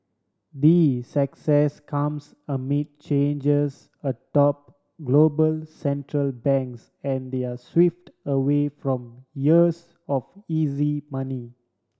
the success comes amid changes atop global Central Banks and their shift away from years of easy money